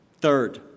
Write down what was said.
Third